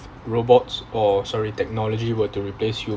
robots or sorry technology were to replace you